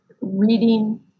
reading